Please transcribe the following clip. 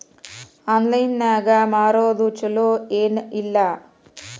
Online ನಾಗ್ ಮಾರೋದು ಛಲೋ ಏನ್ ಇಲ್ಲ?